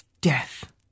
Death